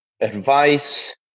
Advice